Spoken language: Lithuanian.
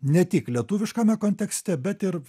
ne tik lietuviškame kontekste bet ir